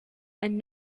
and